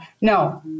No